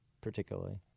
particularly